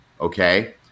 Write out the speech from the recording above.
okay